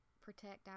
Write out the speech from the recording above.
protect